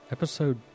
Episode